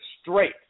straight